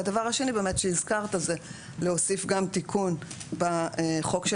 והדבר השני שהזכרת זה להוסיף גם תיקון בחוק של